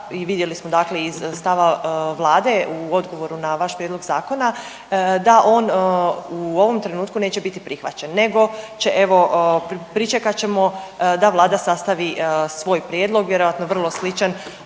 i vidjeli smo dakle iz stava Vlade u odgovoru na vaš prijedlog zakona da on u ovom trenutku neće biti prihvaćen nego će, evo pričekat ćemo da Vlada sastavi svoj prijedlog, vjerojatno vrlo sličan